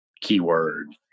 keyword